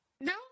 no